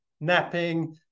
napping